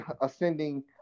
ascending